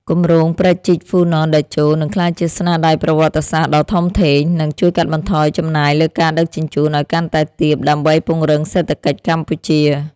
គម្រោងព្រែកជីកហ្វូណនតេជោនឹងក្លាយជាស្នាដៃប្រវត្តិសាស្ត្រដ៏ធំធេង និង ជួយកាត់បន្ថយចំណាយលើការដឹកជញ្ជូនឱ្យកាន់តែទាបដើម្បីពង្រឹងសេដ្ឋកិច្ចកម្ពុជា។